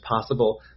possible